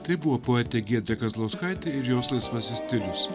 tai buvo poetė giedrė kazlauskaitė ir jos laisvasis stilius